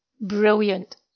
brilliant